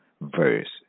verse